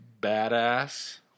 badass